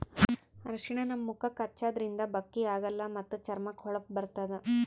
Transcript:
ಅರ್ಷಿಣ ನಮ್ ಮುಖಕ್ಕಾ ಹಚ್ಚದ್ರಿನ್ದ ಬಕ್ಕಿ ಆಗಲ್ಲ ಮತ್ತ್ ಚರ್ಮಕ್ಕ್ ಹೊಳಪ ಬರ್ತದ್